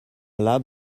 lab